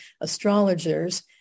astrologers